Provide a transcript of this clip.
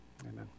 amen